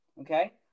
okay